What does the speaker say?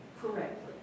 correctly